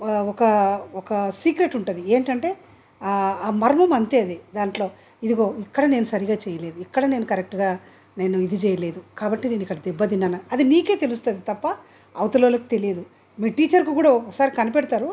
ఒక ఒక సీక్రెట్ ఉంటుంది ఏంటంటే ఆ మర్మం అంతే అది దాంట్లో ఇదిగో ఇక్కడ నేను సరిగ్గా చేయలేదు ఇక్కడ నేను కరెక్ట్గా నేను ఇది చేయలేదు కాబట్టి నేను ఇక్కడ దెబ్బతిన్నానా అది నీకే తెలుస్తుంది తప్ప అవతలి వాళ్ళకు తెలియదు మీ టీచర్కు కూడా ఒక్కోసారి కనిపెడతారు